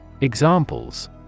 Examples